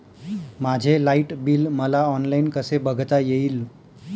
माझे light bill मला online कसे बघता येईल?